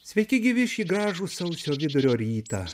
sveiki gyvi šį gražų sausio vidurio rytą